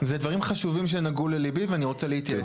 אלה דברים חשובים שנגעו לליבי ואני רוצה להתייעץ.